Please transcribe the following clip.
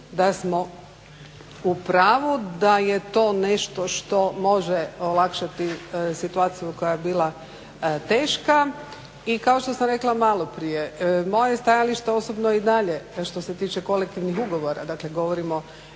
da smo u pravu, da je to nešto što može olakšati situaciju koja je bila teška. I kao što sam rekla malo prije, moje stajalište je osobno i dalje što se tiče kolektivnih ugovora. Dakle, govorimo